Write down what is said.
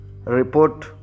report